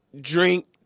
drink